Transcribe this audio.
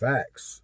Facts